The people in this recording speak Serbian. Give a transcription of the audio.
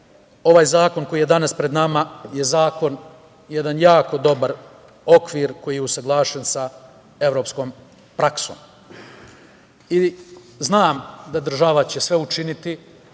ovaj zakon koji je danas pred nama je jedan jako dobar zakon, okvir koji je usaglašen sa evropskom praksom. Znam da će država sve učiniti